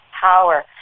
power